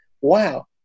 wow